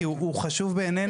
כי הוא חשוב בעינינו.